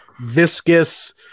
viscous